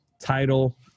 title